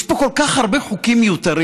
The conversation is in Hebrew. יש פה כל כך הרבה חוקים מיותרים.